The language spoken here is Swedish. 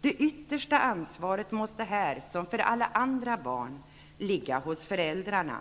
Det yttersta ansvaret måste här, som för alla andra barn, ligga hos föräldrarna.